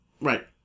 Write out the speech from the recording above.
right